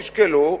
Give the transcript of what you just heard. תשקלו,